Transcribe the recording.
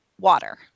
water